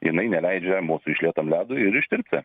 jinai neleidžia mūsų užlietam ledo ir ištirpti